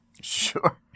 Sure